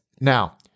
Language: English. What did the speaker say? now